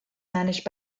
managed